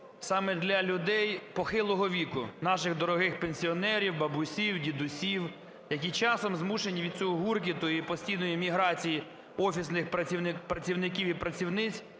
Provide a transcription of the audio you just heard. саме для людей похилого віку, наших дорогих пенсіонерів, бабусь, дідусів, які часом змушені від цього гуркоту і постійної еміграції офісних працівників і працівниць,